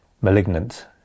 malignant